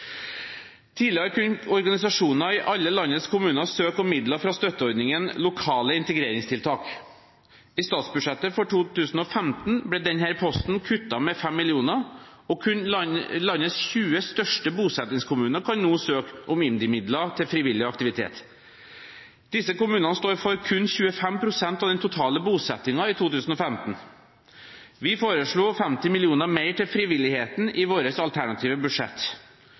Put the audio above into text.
Tidligere kunne organisasjoner i alle landets kommuner søke om midler fra støtteordningen for lokale integreringstiltak. I statsbudsjettet for 2015 ble denne posten kuttet med 5 mill. kr, og kun landets 20 største bosettingskommuner kan nå søke om IMDi-midler til frivillig aktivitet. Disse kommunene står for kun 25 pst. av den totale bosettingen i 2015. Vi foreslo 50 mill. kr mer til frivilligheten i vårt alternative budsjett.